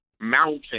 Mountain